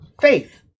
faith